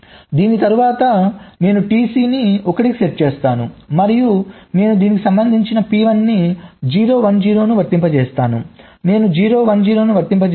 దీని తరువాత నేను TC ని 1 కి సెట్ చేసాను మరియు నేను దీనిని సంబంధిత PI 0 1 0 ను వర్తింపజేస్తాను నేను 0 1 0 ను వర్తింపజేస్తాను